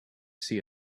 see